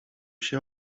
się